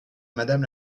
madame